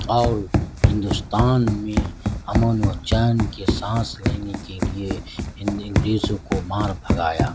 اور ہندوستان میں امن و چین کے سانس لینے کے لیے انگریزوں کو مار بھگایا